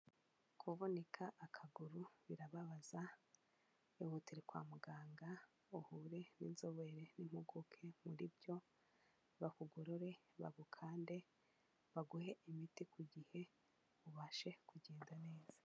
Kuvunika akaguru birababaza, ihutire kwa muganga uhure n'inzobere n'impuguke muri byo, bakugorore, bagukande, baguhe imiti ku gihe ubashe kugenda neza .